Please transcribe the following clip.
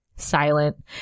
Silent